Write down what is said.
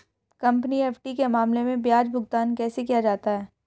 Company FD के मामले में ब्याज भुगतान कैसे किया जाता है?